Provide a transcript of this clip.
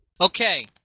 Okay